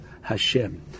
Hashem